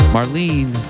Marlene